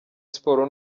siporo